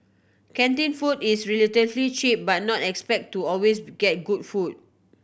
canteen food is relatively cheap but not expect to always get good food